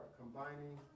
combining